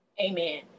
amen